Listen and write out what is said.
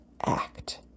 act